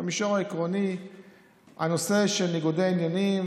במישור העקרוני הנושא של ניגודי העניינים